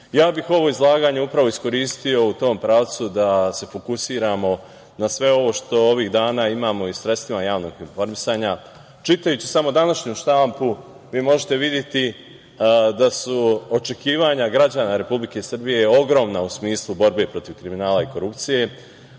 bih ovo izlaganje upravo iskoristio u tom pravcu da se fokusiramo na sve ovo što ovih dana imamo i u sredstvima javnog informisanja. Čitajući samo današnju štampu vi možete videti da su očekivanja građana Republike Srbije ogromna u smislu borbe protiv kriminala i korupcije,